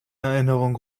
erinnerung